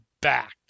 back